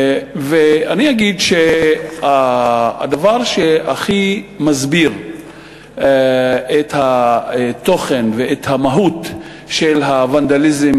אגיד שהדבר שהכי מסביר את התוכן ואת המהות של הוונדליזם